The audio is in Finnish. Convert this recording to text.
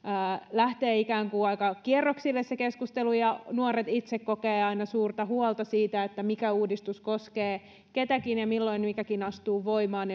lähtee ikään kuin aika kierroksille se keskustelu ja nuoret itse kokevat aina suurta huolta siitä että mikä uudistus koskee ketäkin ja milloin mikäkin astuu voimaan